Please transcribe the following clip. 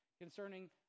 concerning